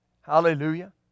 Hallelujah